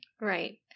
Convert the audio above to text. Right